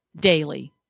daily